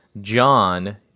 John